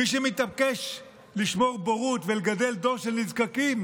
מי שמתעקש לשמור בורות ולגדל דור של נזקקים,